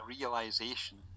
realization